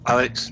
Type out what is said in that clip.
Alex